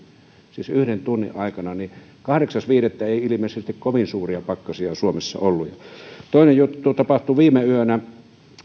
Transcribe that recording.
siis yhden tunnin aikana kahdeksas viidettä ei ilmeisesti kovin suuria pakkasia suomessa ollut toinen juttu tapahtui viime yönä